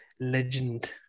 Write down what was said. legend